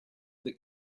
that